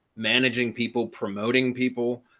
managing people promoting people.